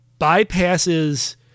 bypasses